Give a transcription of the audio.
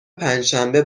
پنجشنبه